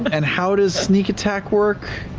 and how does sneak attack work?